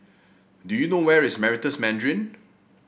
do you know where is Meritus Mandarin